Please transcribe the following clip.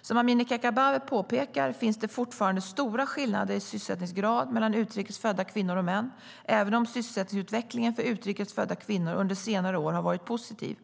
Som Amineh Kakabaveh påpekar finns det fortfarande stora skillnader i sysselsättningsgrad mellan utrikes födda kvinnor och män, även om sysselsättningsutvecklingen för utrikes födda kvinnor under senare år har varit positiv.